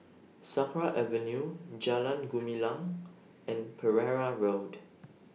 Sakra Avenue Jalan Gumilang and Pereira Road